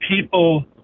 people